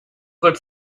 could